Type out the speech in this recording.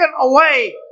away